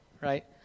right